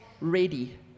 ready